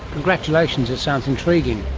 congratulations, it sounds intriguing.